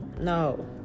no